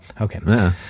Okay